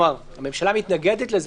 הממשלה מתנגדת לזה,